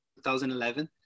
2011